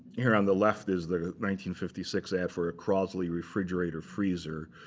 here on the left is the one fifty six ad for a crosley refrigerator-freezer.